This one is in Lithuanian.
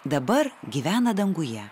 dabar gyvena danguje